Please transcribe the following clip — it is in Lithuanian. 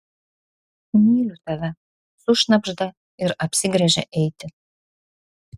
myliu tave sušnabžda ir apsigręžia eiti